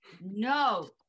no